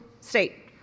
state